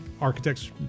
architects